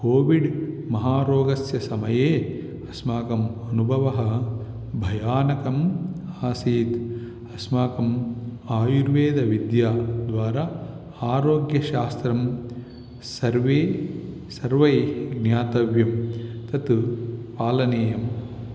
COVID महारोगस्य समये अस्माकम् अनुभवः भयानकम् आसीत् अस्माकम् आयुर्वेदविद्याद्वारा आरोग्यशास्त्रं सर्वे सर्वैः ज्ञातव्यं तत् पालनीयम्